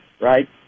right